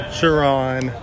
Sharon